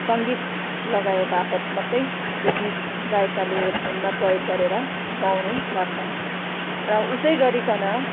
सङ्गीत लगाएबापत मात्रै त्यो गीत गायककारले एउटा धुनमा प्रयोग गरेर गाउने गर्छन् र उसै गरिकन